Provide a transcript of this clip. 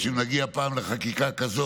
אם נגיע פעם לחקיקה כזאת,